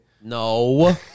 No